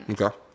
Okay